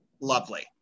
lovely